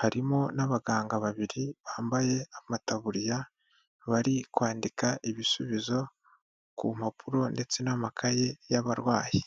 harimo n'abaganga babiri bambaye amataburiya bari kwandika ibisubizo ku mpapuro ndetse n'amakaye y'abarwayi.